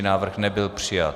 Návrh nebyl přijat.